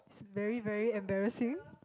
very very embarrassing